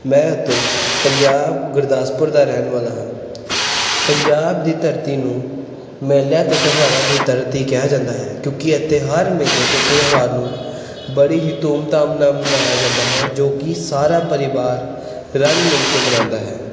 ਮੈਂ ਅਤੁਲ ਪੰਜਾਬ ਗੁਰਦਾਸਪੁਰ ਦਾ ਰਹਿਣ ਵਾਲਾ ਹਾਂ ਪੰਜਾਬ ਦੀ ਧਰਤੀ ਨੂੰ ਮੇਲਿਆਂ ਅਤੇ ਤਿਉਹਾਰਾਂ ਦੀ ਧਰਤੀ ਕਿਹਾ ਜਾਂਦਾ ਹੈ ਕਿਉਂਕਿ ਇੱਥੇ ਹਰ ਮੇਲੇ ਅਤੇ ਤਿਉਹਾਰ ਨੂੰ ਬੜੀ ਹੀ ਧੂਮਧਾਮ ਨਾਲ ਮਨਾਇਆ ਜਾਂਦਾ ਹੈ ਜੋ ਕਿ ਸਾਰਾ ਪਰਿਵਾਰ ਰਲ ਮਿਲ ਕੇ ਮਨਾਉਂਦਾ ਹੈ